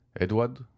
Edward